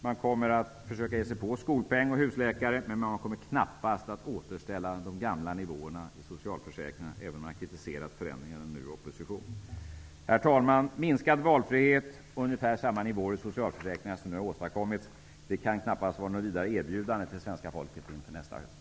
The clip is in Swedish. Man kommer att försöka ge sig på skolpeng och husläkare, men man kommer knappast att återställa de gamla nivåerna i socialförsäkringarna även om man nu i opposition har kritiserat förändringarna. Herr talman! Minskad valfrihet och ungefär samma nivåer i socialförsäkringarna som nu har åstadkommits kan knappast vara något vidare erbjudande till svenska folket inför nästa höst.